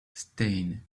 stain